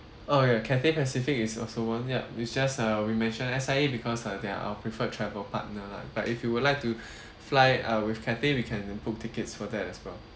oh ya cathay pacific is also one yup it's just uh we mention S_I_A because uh they are our preferred travel partner lah but if you would like to fly uh with cathay we can book tickets for that as well